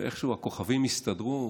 ואיכשהו הכוכבים הסתדרו,